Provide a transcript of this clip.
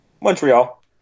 Montreal